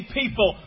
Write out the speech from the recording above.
people